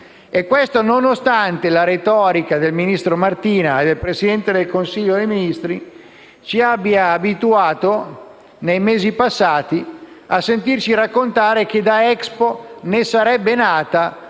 Questo nonostante la retorica del ministro Martina e del Presidente del Consiglio dei ministri ci abbia abituato, nei mesi passati, a sentirci raccontare che da Expo sarebbe nata